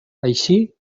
així